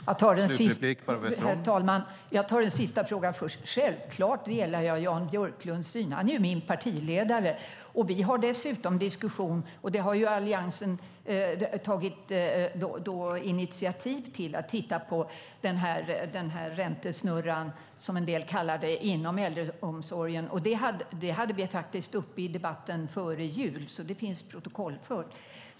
Herr talman! Jag tar den sista frågan först. Självklart delar jag Jan Björklunds syn. Han är ju min partiledare! Alliansen har tagit initiativ till att titta på räntesnurran, som en del kallar det, inom äldreomsorgen. Det hade vi faktiskt uppe i debatten före jul, så det finns protokollfört.